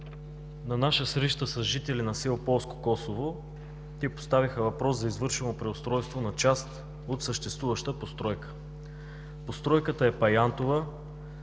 На среща с жители на село Полско Косово те поставиха въпрос за извършено преустройство на част от съществуваща постройка. Постройката е паянтова,